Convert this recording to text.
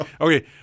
Okay